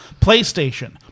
PlayStation